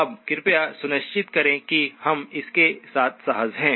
अब कृपया सुनिश्चित करें कि हम इसके साथ सहज हैं